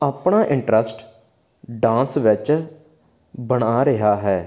ਆਪਣਾ interest dance ਵਿੱਚ ਬਣਾ ਰਿਹਾ ਹੈ